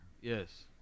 yes